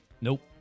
Nope